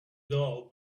doll